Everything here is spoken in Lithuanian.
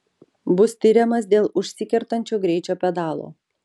bus tiriamas dėl užsikertančio greičio pedalo